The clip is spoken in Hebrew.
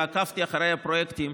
ועקבתי אחרי הפרויקטים,